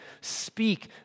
speak